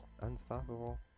Unstoppable